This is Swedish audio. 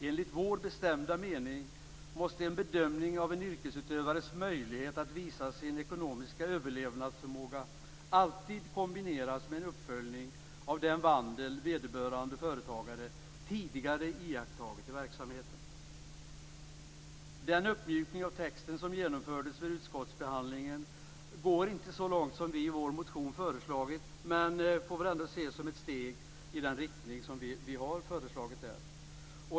Enligt vår bestämda mening måste en bedömning av en yrkesutövares möjlighet att visa sin ekonomiska överlevnadsförmåga alltid kombineras med en uppföljning av den vandel vederbörande företagare tidigare iakttagit i verksamheten. Den uppmjukning av texten som genomfördes vid utskottsbehandlingen går inte så långt som vi i vår motion föreslagit, men den får väl ändå ses som ett steg i den riktning som vi har föreslagit.